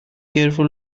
careful